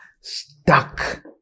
Stuck